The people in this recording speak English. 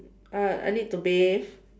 I I need to bathe